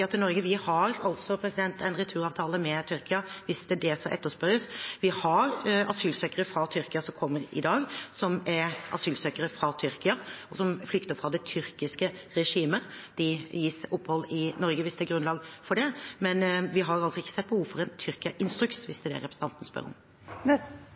til Norge. Vi har altså en returavtale med Tyrkia, hvis det er det som etterspørres. Vi har asylsøkere fra Tyrkia som kommer i dag, som flykter fra det tyrkiske regimet. De gis opphold i Norge hvis det er grunnlag for det. Men vi har ikke sett behovet for en Tyrkia-instruks, hvis